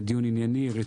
דיון ענייני, רציני.